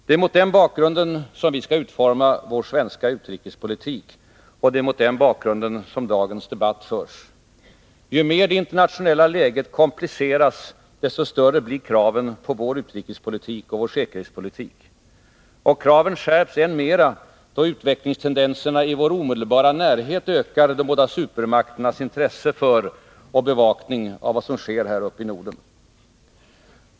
Det är mot den bakgrunden som vi skall utforma vår svenska utrikespolitik, och det är mot den bakgrunden som dagens debatt förs. Ju mer det internationella läget kompliceras, desto större blir kraven på vår utrikespolitik och vår säkerhetspolitik. Och kraven skärps än mera då utvecklingstendenserna i vår omedelbara närhet ökar de båda supermakternas intresse för och bevakning av vad som sker här uppe i Norden.